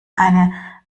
eine